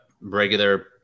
regular